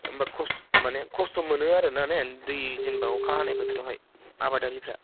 होमब्ला खस्थ' माने खस्थ' मोनो आरो ना ने दै जेनेबा अखा हानाय बोथोरावहाय आबादारिफ्रा